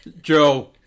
Joe